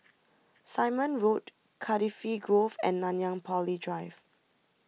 Simon Road Cardifi Grove and Nanyang Poly Drive